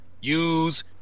use